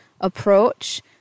approach